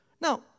Now